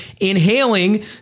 inhaling